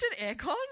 aircon